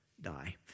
die